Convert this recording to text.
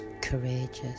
courageous